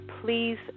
please